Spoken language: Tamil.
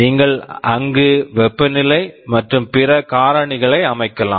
நீங்கள் அங்கு வெப்பநிலை மற்றும் பிற காரணிகளை அமைக்கலாம்